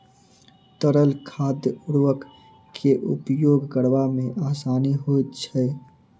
तरल खाद उर्वरक के उपयोग करबा मे आसानी होइत छै